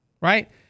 right